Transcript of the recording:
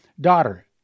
Daughter